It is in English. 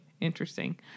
interesting